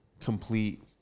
complete